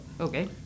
Okay